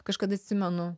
kažkada atsimenu